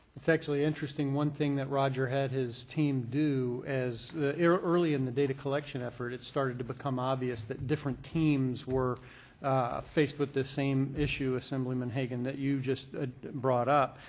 it's actually interesting, one thing that roger had his team do as early in the data collection effort, it started to become obvious that different teams were faced with this same issue, assemblyman hagman, that you just ah brought up.